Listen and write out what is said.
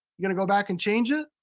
you gonna go back and change it?